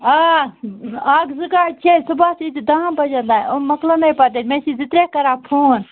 آ اَکھ زٕ گاڑِ چھےٚ صُبَحس ییٖزِ دَہَن بَجَن تام یِم مۅکلَنَے پَتہٕ ییٚتہِ مےٚ چھِ زٕ ترٛےٚ کَران فون